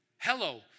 Hello